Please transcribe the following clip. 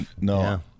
No